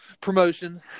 promotion